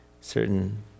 certain